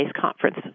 conference